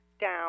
down